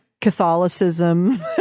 Catholicism